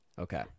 Okay